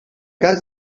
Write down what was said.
cas